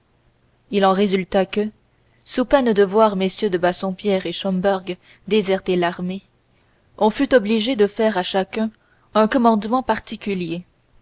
il en résulta que sous peine de voir mm de bassompierre et schomberg déserter l'armée on fut obligé de faire à chacun un commandement particulier